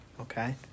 okay